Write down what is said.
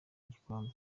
igikombe